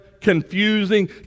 confusing